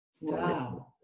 Wow